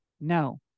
no